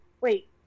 Wait